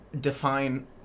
define